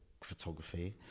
photography